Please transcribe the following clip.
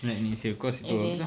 like next year because tu apa tu